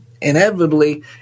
inevitably